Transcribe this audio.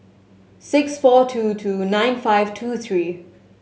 six four two two nine five two three